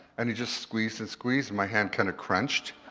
and he just squeezed and squeezed and my hand kind of crunched.